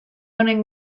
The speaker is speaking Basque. honen